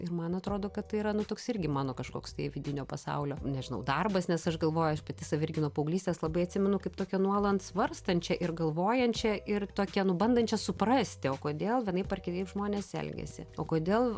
ir man atrodo kad tai yra nu toks irgi mano kažkoks tai vidinio pasaulio nežinau darbas nes aš galvoju aš pati save irgi nuo paauglystės labai atsimenu kaip tokią nuolat svarstančią ir galvojančią ir tokią nu bandančią suprasti o kodėl vienaip ar kitaip žmonės elgiasi o kodėl